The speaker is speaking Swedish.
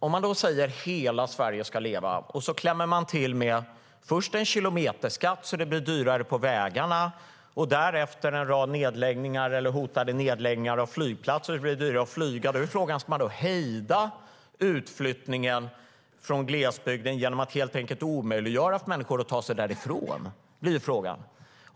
Om man säger att hela Sverige ska leva, och sedan klämmer till med först en kilometerskatt så att det blir dyrare att köra på vägarna, och sedan lägger ned eller hotar att lägga ned flygplatser så att det blir dyrare att flyga, är frågan om man ska hejda utflyttningen från glesbygden genom att helt enkelt omöjliggöra att människor tar sig därifrån.